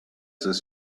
his